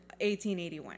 1881